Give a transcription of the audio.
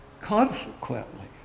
Consequently